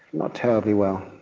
not terribly well.